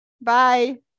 bye